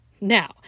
Now